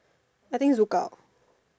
I think look out